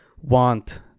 want